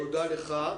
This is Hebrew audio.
תודה לך.